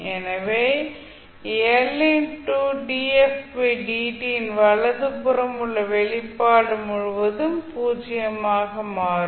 எனவே யின் வலது புறம் உள்ள வெளிப்பாடு முழுவதும் பூஜ்ஜியமாக மாறும்